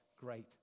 great